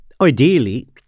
ideally